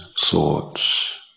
thoughts